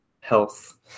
health